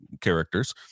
characters